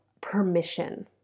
permission